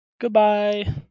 Goodbye